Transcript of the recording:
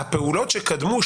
הפעולות שקדמו,